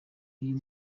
iyo